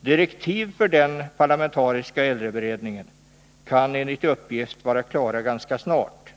Direktiv för den parlamentariska äldreberedningen kan enligt uppgift vara klara ganska snart.